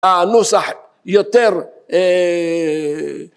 הנוסח יותר...